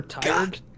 god